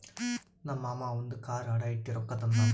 ನಮ್ ಮಾಮಾ ಅವಂದು ಕಾರ್ ಅಡಾ ಇಟ್ಟಿ ರೊಕ್ಕಾ ತಂದಾನ್